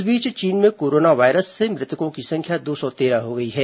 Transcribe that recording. इस बीच चीन में कोरोना वायरस से मृतकों की संख्या दो सौ तेरह हो गई है